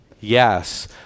Yes